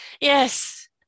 Yes